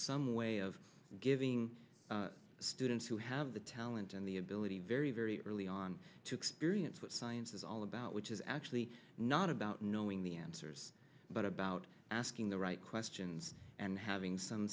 some way of giving students who have the talent and the ability very very early on to experience what science is all about which is actually not about knowing the answers but about asking the right questions and having some